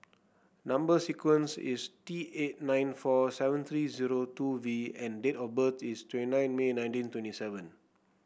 number sequence is T eight nine four seven three zero two V and date of birth is twenty nine May nineteen twenty seven